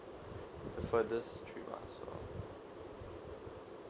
the furthest trip lah so